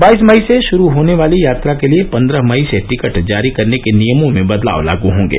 voice मई से शुरू होने वाली यात्रा के लिये पन्द्रह मई से टिकट जारी करने के नियमों में बदलाव लागू होंगे